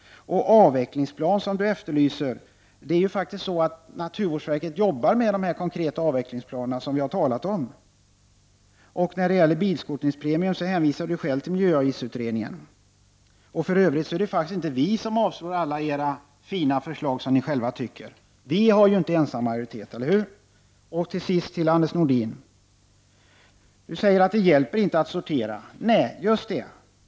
Anders Castberger efterlyser en avvecklingsplan. Naturvårdsverket arbetar med de konkreta avvecklingsplanerna, vilket vi har talat om. När det gäller bilskrotningspremier hänvisar Anders Castberger själv till miljöavgiftsutredningen. För övrigt är det inte vi som avslår alla era, som ni tycker, fina förslag. Vi socialdemokrater har inte ensamma majoritet, eller hur? Till sist till Anders Nordin. Han säger att det inte hjälper att sortera. Nej, just det.